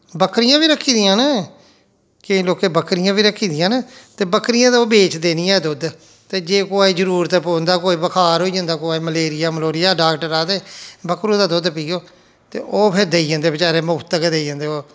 बकरियां बी रक्खी दियां न केईं लोकें बकरियां बी रक्खी दियां न ते बकरियें दा ते ओह् बेचदे निं ऐ दुद्ध ते जे कुसै गी जरूरत पौंदा कुसा गी बखार होई जंदा मलेरिया मलूरिया डाक्टर आखदे बकरु दा दुद्ध पियो ते ओह् फ्ही देई जंदे बचैरे मुफ्त गै देई जंदे ओहे